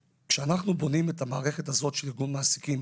כשאנחנו בונים את המערכת הזאת של ארגון מעסיקים